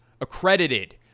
accredited